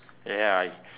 ya ya I